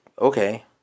okay